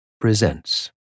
presents